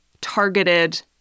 targeted